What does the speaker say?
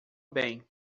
bem